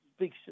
Big